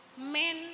men